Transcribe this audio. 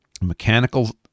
mechanical